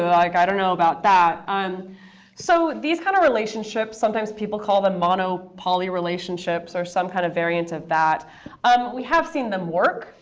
like i don't know about that. um so these kind of relationships sometimes people call them mono poly relationships or some kind of variants of that um we have seen them work,